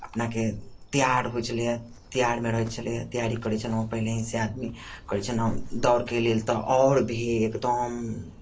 अपनाके तैयार होइ छलैए तैयारमे रहै छलैए तैयारी करै छलहुँ हेँ पहले हीसँ आदमी करै छलहुँ दौड़के लेल आओर भी एकदम